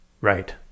right